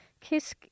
Kiss